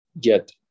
get